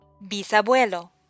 bisabuelo